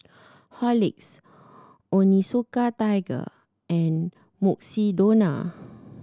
Horlicks Onitsuka Tiger and Mukshidonna